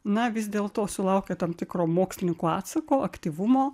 na vis dėlto sulaukė tam tikro mokslininkų atsako aktyvumo